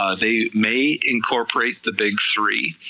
ah they may incorporate the big three,